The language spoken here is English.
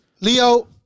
Leo